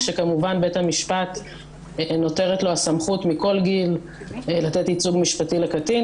כשכמובן נותרת לבית המשפט הסמכות מכל גיל לתת ייצוג משפטי לקטין,